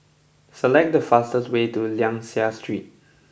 select the fastest way to Liang Seah Street